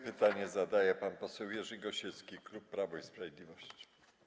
Pytanie zadaje pan poseł Jerzy Gosiewski, klub Prawo i Sprawiedliwość.